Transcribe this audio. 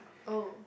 oh